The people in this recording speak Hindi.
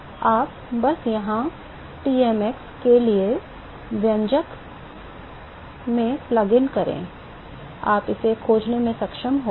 तो आप बस यहाँ Tmx के लिए व्यंजक में प्लग इन करें आप इसे खोजने में सक्षम होंगे